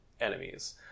enemies